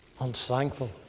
Unthankful